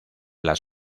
las